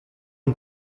une